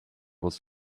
was